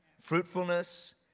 fruitfulness